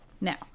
Now